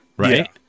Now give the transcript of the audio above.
Right